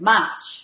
March